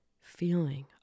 feeling